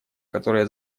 которая